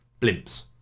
blimps